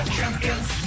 champions